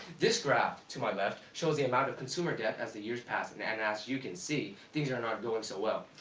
this graph, to my left, shows the amount of consumer debt as the years pass, and and as you can see, things are not going so well.